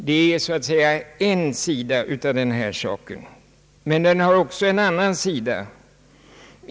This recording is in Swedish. Det är så att säga en sida av denna sak. Men den har också en annan sida.